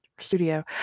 studio